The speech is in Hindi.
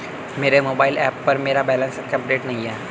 मेरे मोबाइल ऐप पर मेरा बैलेंस अपडेट नहीं है